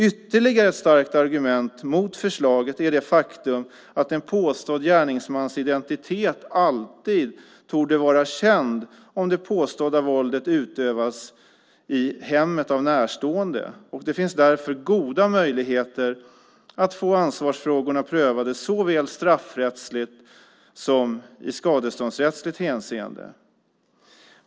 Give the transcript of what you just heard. Ytterligare ett starkt argument mot förslaget är det faktum att en påstådd gärningsmans identitet alltid torde vara känd om det påstådda våldet utövas i hemmet av närstående. Det finns därför goda möjligheter att få ansvarsfrågorna prövade i såväl straffrättsligt som skadeståndsrättsligt hänseende.